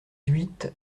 huit